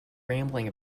rambling